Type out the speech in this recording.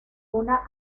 una